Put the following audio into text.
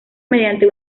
mediante